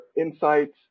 insights